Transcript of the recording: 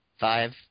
Five